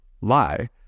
lie